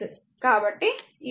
కాబట్టి i 1 విలువ 6